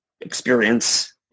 experience